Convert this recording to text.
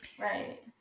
right